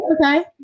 okay